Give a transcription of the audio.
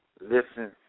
listen